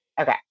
Okay